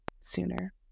sooner